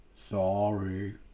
Sorry